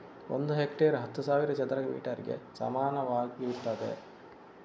ಒಂದು ಹೆಕ್ಟೇರ್ ಹತ್ತು ಸಾವಿರ ಚದರ ಮೀಟರ್ ಗೆ ಸಮಾನವಾಗಿರ್ತದೆ